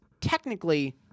technically